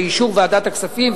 באישור ועדת הכספים,